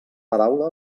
paraula